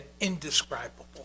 indescribable